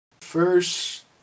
first